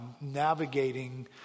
navigating